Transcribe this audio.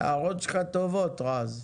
ההערות שלך טובות רז.